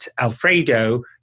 Alfredo